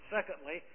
Secondly